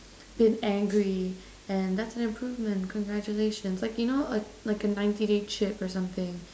been angry and that's an improvement congratulations like you know a like a ninety day chip or something